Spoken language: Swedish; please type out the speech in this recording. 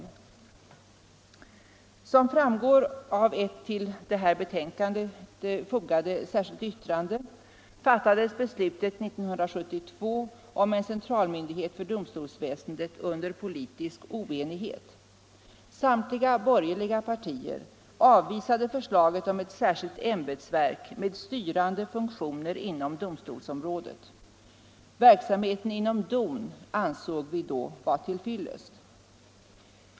Som framgår av ett till detta betänkande fogat särskilt yttrande fattades beslutet 1972 om en centralmyndighet för domstolsväsendet under politisk oenighet. Samtliga borgerliga partier avvisade förslaget om ett särskilt ämbetsverk med styrande funktioner inom domstolsområdet. Verksamheten inom DON ansåg vi då vara till fyllest.